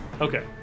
Okay